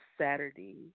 Saturday